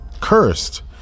Cursed